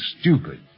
stupid